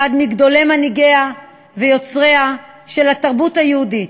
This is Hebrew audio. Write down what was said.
מגדולי מנהיגיה ויוצריה של התרבות היהודית.